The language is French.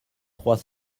trois